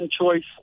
choice